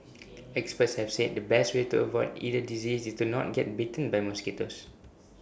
experts have said the best way to avoid either disease is to not get bitten by mosquitoes